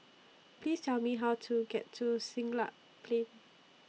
Please Tell Me How to get to Siglap Plain